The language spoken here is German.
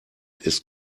ist